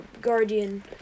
guardian